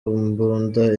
mbunda